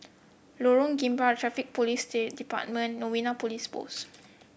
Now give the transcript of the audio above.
Lorong Gambir Traffic Police Day Department Novena Police Post